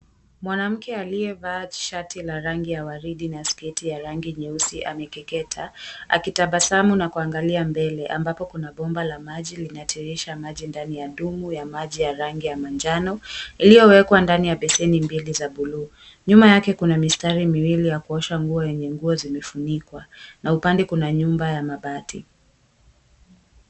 Mwanamke aliyevaa tishati la rangi ya waridi na sketi ya rangi nyeusi amekeketa, akitabasamu na kuangalia mbele ambapo kuna bomba la maji linateremsha maji ndani ya dumu ya maji ya rangi ya manjano, iliyowekwa ndani ya beseni mbili za buluu. Nyuma yake kuna mistari miwili ya kuosha nguo yenye nguo zimefunikwa, na upande kuna nyumba ya mabati.